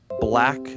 black